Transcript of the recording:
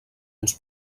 uns